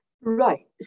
Right